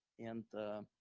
and the